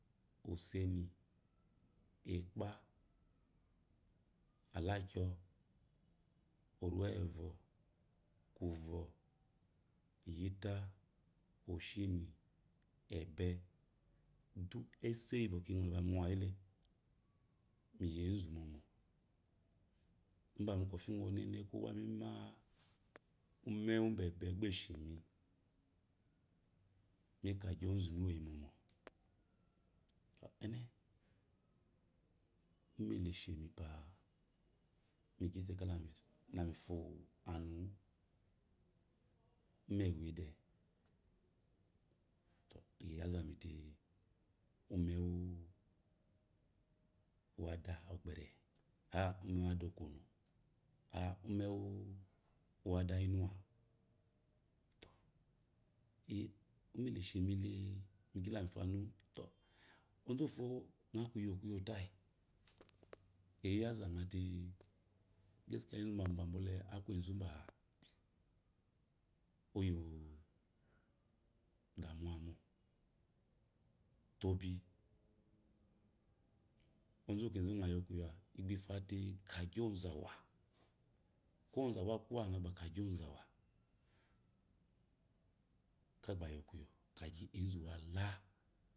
Useni ekpa alakyo orevŋ kuvŋ ittah oshimi ebeh duk ese yi bwɔ mi wa viele miyiezu momo abamu kofi gun ɔne gba mima umme wubebe gba eshemi mikagyi ozumi wueyimomo ene umele esamba migyite kami fɔanuwu umme wuwede tɔ eyiya zamite umume wu ada ogbere a'a umme wa ada okomu a'a ummewu ada inuwa ummea eshemile mishila mi fɔanuwu tɔ ozuwufo ekuyo kuyotayi eyiyɔzangate gaskiya enzu baaba akur ezu ba kayi odamuwe mo tobi ozu koze ngo yoma kuyo awu igba ifote kagyi ozuwa ko ozuawn aku wanga kagyi ozama kagbe yowu kuyo kkagyi ezu wala